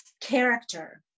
character